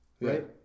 Right